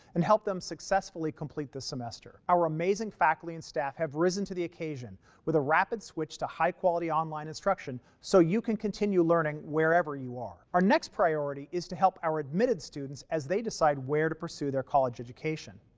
and help them successfully complete this semester. our amazing faculty and staff have risen to the occasion, with a rapid switch to high quality online instruction, so you can continue learning wherever you are. our next priority, is to help our admitted students as they decide where to pursue their college education.